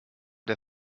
der